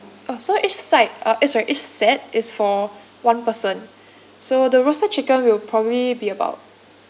oh so each side uh eh sorry each set is for one person so the roasted chicken will probably be about